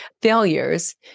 failures